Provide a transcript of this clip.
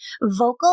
Vocal